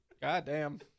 Goddamn